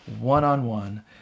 one-on-one